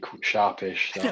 sharpish